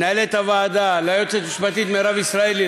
מנהלת הוועדה, היועצת המשפטית מירב ישראלי.